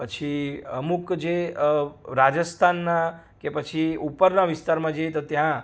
પછી અમુક જે રાજસ્થાનના કે પછી ઉપરના વિસ્તારમાં જઈએ તો ત્યાં